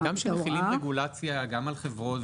אבל גם כאשר מחילים רגולציה גם על חברות,